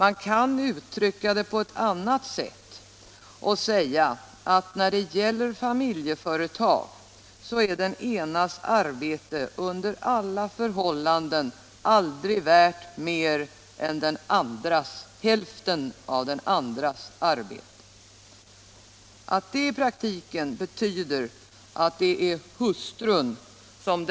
Man kan uttrycka det på ett annat sätt och säga att när det gäller familjeföretag är den enes arbete under alla förhållanden aldrig värt mer än hälften av den andres. Att det i praktiken betyder att det är hustrun som